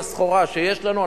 כל סחורה שיש לנו,